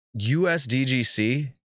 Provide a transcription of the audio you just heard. USDGC